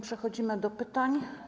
Przechodzimy do pytań.